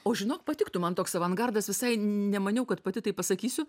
o žinok patiktų man toks avangardas visai nemaniau kad pati taip pasakysiu